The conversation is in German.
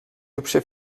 hübsche